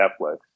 Netflix